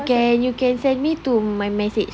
you can you can send me to my message